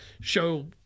show